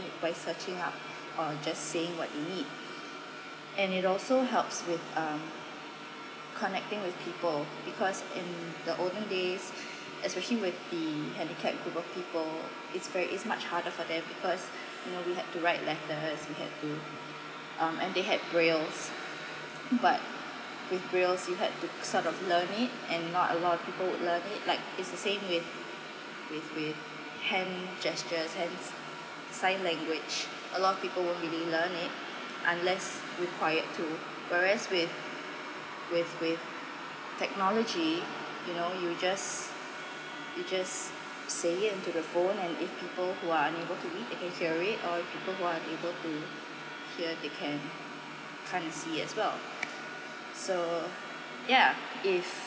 by searching up or just saying what you need and it also helps with um connecting with people because in the olden days especially with the handicap group of people it's very it's much harder for them because you know we had to write letters we had to um and they had brailles but with brailles you had to sort of learn it and not a lot of people would learn it like it's the same with with with hand gestures hands sign language a lot of people won't really learn it unless required to whereas with with with technology you know you just you just say it into the phone and if people who are unable to read they can hear it or if people who are unable to hear they can kind of see as well so ya if